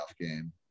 game